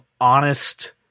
honest